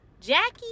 Jackie